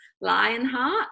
Lionheart